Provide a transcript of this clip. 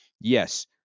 Yes